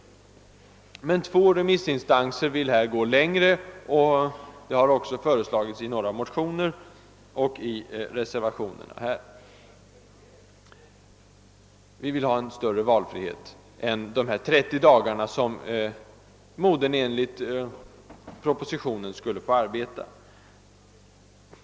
Två remissinstanser vill här gå längre, vilket också har föreslagits i några motioner och i reservationerna. Vi vill ha en större valfrihet än de 30 dagarna som modern enligt propositionen skulle få arbeta.